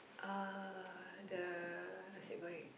uh the nasi-goreng